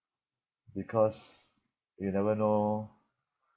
because you never know